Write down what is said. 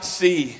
see